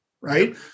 right